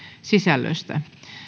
sisällöstä